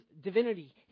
divinity